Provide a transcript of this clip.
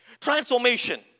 Transformation